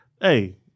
hey